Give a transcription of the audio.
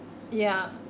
yeah